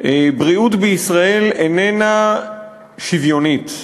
הבריאות בישראל איננה שוויונית,